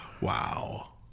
Wow